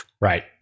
Right